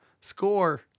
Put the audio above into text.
Score